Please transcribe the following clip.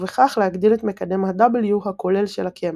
ובכך להגדיל את מקדם ה-W הכולל של הקמח.